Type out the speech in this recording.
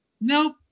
Nope